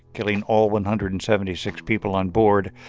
killing all one hundred and seventy six people onboard.